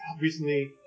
recently